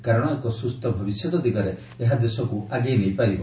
କାରଣ ଏକ ସୁସ୍ଥ ଭବିଷ୍ୟତ ଦିଗରେ ଏହା ଦେଶକୁ ଆଗେଇ ନେଇପାରିବ